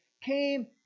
came